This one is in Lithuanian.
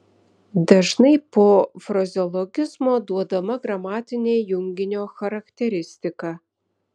dažnai po frazeologizmo duodama gramatinė junginio charakteristika